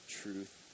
truth